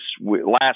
last